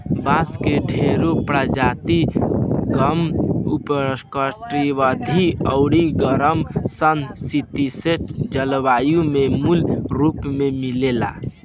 बांस के ढेरे प्रजाति गरम, उष्णकटिबंधीय अउरी गरम सम शीतोष्ण जलवायु में मूल रूप से मिलेला